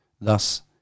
Thus